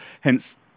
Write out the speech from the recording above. hence